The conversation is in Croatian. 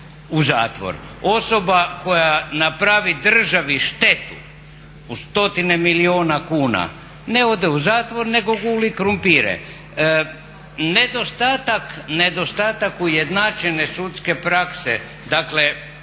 u zatvor. Osoba koja napravi državi štetu u stotine milijuna kuna ne ode u zatvor nego guli krumpire. Nedostatak ujednačene sudske prakse, dakle